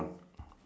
in